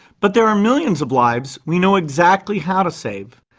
but there are millions of lives we know exactly how to save.